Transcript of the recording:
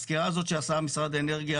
הסקירה הזאת שעשה משרד האנרגיה,